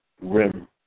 rim